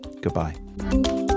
goodbye